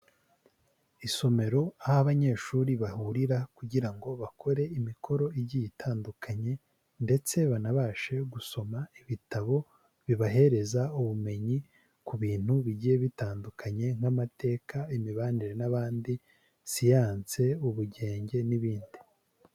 Isomero aho abanyeshuri bahurira kugira ngo bakore imikoro igiye itandukanye ndetse banabashe gusoma ibitabo bibahereza ubumenyi ku bintu bigiye bitandukanye nk'amateka, imibanire n'abandi, siyanse, ubugenge n'ibindi.